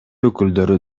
өкүлдөрү